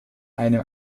einem